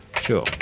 Sure